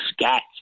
scat